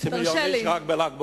חצי מיליון איש רק בל"ג בעומר.